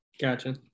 gotcha